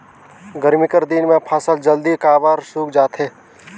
गरमी कर दिन म फसल जल्दी काबर सूख जाथे?